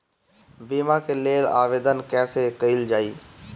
बीमा के लेल आवेदन कैसे कयील जाइ?